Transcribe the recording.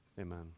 Amen